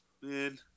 man